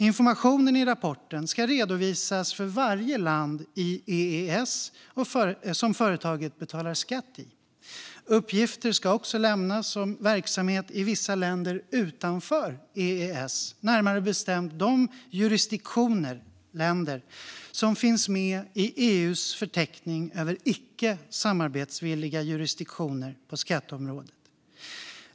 Informationen i rapporten ska redovisas för varje land i EES som företaget betalar skatt i. Uppgifter ska också lämnas om verksamhet i vissa länder utanför EES, närmare bestämt de jurisdiktioner - länder - som finns med i EU:s förteckning över icke samarbetsvilliga jurisdiktioner på skatteområdet.